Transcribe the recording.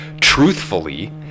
truthfully